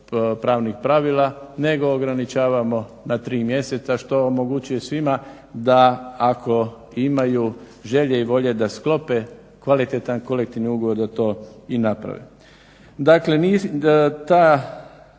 pravnih pravila nego ograničavamo na tri mjeseca što omogućuje svima da ako imaju želje i volje da sklope kvalitetan kolektivni ugovor da to i naprave.